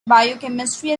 biochemistry